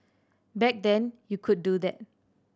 back then you could do that